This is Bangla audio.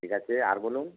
ঠিক আছে আর বলুন